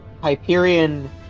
Hyperion